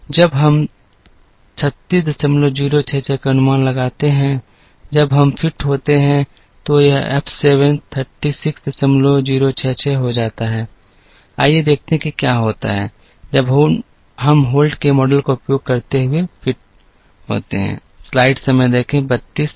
जब हम 36066 का अनुमान लगाते हैं जब हम फिट होते हैं तो यह F 7 36066 हो जाता है आइए देखते हैं कि क्या होता है जब हम होल्ट के मॉडल का उपयोग करते हुए फिट होते हैं